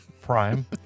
prime